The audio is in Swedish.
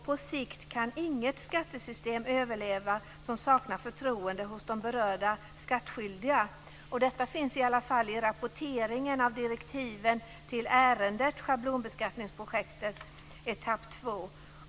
På sikt kan inget skattesystem överleva som saknar förtroende hos de berörda skattskyldiga. Detta finns i alla fall i rapporteringen av direktiven till ärendet, Schablonbeskattningsprojektet, etapp 2.